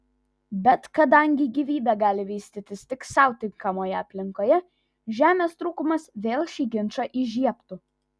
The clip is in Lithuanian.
bet kadangi gyvybė gali vystytis tik sau tinkamoje aplinkoje žemės trūkumas vėl šį ginčą įžiebtų